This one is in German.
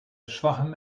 schwachem